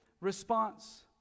response